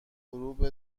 غروب